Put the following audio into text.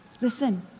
Listen